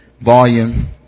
volume